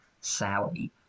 Sally